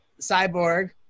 Cyborg